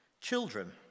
Children